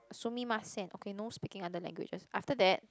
sumimasen okay no speaking other languages after that